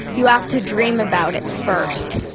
you have to dream about it first.